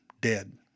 Dead